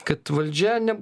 kad valdžia ne